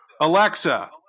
Alexa